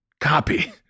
copy